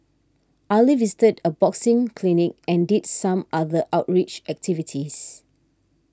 Ali visited a boxing clinic and did some other outreach activities